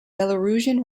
belarusian